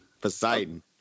Poseidon